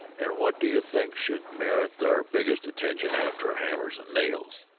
and what do you think should merit our biggest attention after hammers and nails?